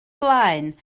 blaen